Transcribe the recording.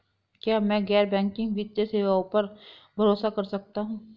क्या मैं गैर बैंकिंग वित्तीय सेवाओं पर भरोसा कर सकता हूं?